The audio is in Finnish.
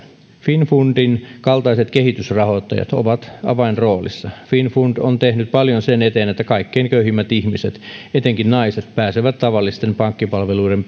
finnfundin kaltaiset kehitysrahoittajat ovat avainroolissa finnfund on tehnyt paljon sen eteen että kaikkein köyhimmät ihmiset etenkin naiset pääsevät tavallisten pankkipalveluiden